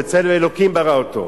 "בצלם אלוהים ברא אותו",